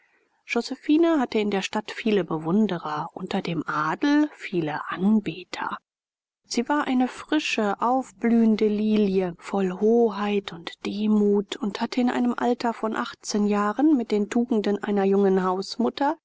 josephine hatte in der stadt viele bewunderer unter dem adel viele anbeter sie war eine frische aufblühende lilie voll hoheit und demut und hatte in einem alter von achtzehn jahren mit den tugenden einer jungen hausmutter